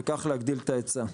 וכך להגדיל את ההיצע.